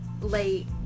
late